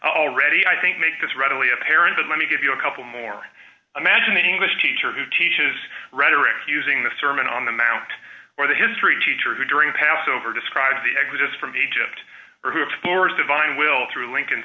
already i think make this readily apparent but let me give you a couple more imagine that english teacher who teaches rhetoric using the sermon on the mount or the history teacher who during passover describes the exodus from egypt who explores divine will through lincoln